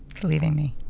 leaving me